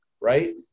right